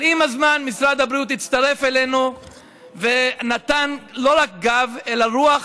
אבל עם הזמן משרד הבריאות הצטרף אלינו ונתן לא רק גב אלא רוח,